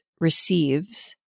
receives